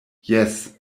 jes